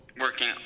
working